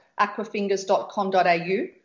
aquafingers.com.au